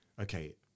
okay